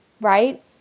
right